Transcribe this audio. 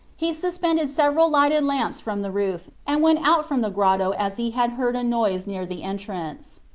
he suspended several lighted lamps from the roof and went out from the grotto as he had heard a noise near the entrance.